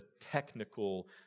technical